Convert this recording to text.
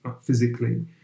physically